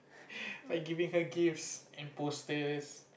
by giving her gifts and posters